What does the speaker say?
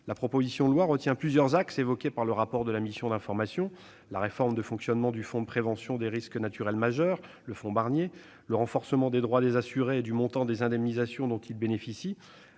La proposition de loi retient plusieurs axes évoqués dans le rapport de la mission d'information : la réforme du fonctionnement du fonds de prévention des risques naturels majeurs, le fonds Barnier, le renforcement des droits des assurés et du montant des indemnisations dont ils bénéficient,